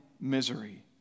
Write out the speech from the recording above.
misery